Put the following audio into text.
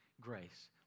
grace